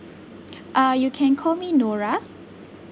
uh you can call me nora